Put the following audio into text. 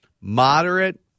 moderate